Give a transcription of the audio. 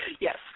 yes